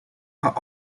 are